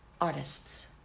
artists